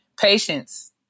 patience